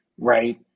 right